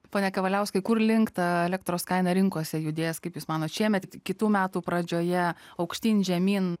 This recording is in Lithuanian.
pone kavaliauskai kur link ta elektros kaina rinkose judės kaip jūs manot šiemet kitų metų pradžioje aukštyn žemyn